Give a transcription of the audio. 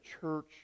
church